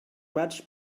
much